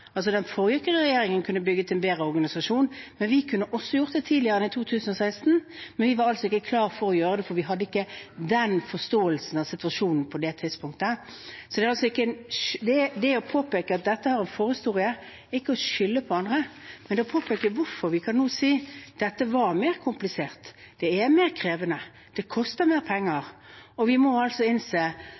Den forrige regjeringen kunne bygget en bedre organisasjon, men vi kunne også gjort det tidligere enn i 2016. Men vi var altså ikke klare for å gjøre det, for vi hadde ikke den forståelsen av situasjonen på det tidspunktet. Det å påpeke at dette har en forhistorie, er ikke å skylde på andre, det er å påpeke hvorfor vi nå kan si at dette er mer komplisert, at det er mer krevende, og at det koster mer penger. Vi må innse